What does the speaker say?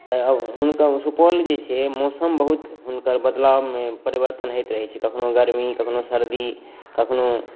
तऽ हुनकर सुपौल जे छै मौसम बहुत हिनकर बदलाब परिवर्तन होइत रहै छै कखनहुँ गर्मी कखनहुँ सर्दी कखनहुँ